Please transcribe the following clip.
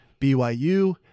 BYU